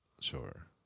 Sure